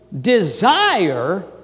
desire